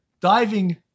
diving